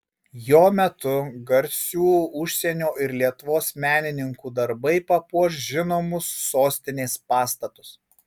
jo metu garsių užsienio ir lietuvos menininkų darbai papuoš žinomus sostinės pastatus